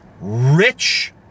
rich